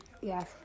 Yes